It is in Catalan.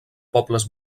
pobles